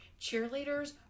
cheerleaders